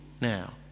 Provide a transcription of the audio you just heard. now